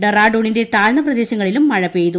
ഡെറാഡൂണിന്റെ താഴ്ന്ന പ്രദേശങ്ങളിലും മഴ പെയ്തു